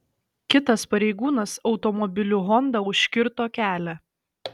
kitas pareigūnas automobiliu honda užkirto kelią